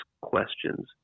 questions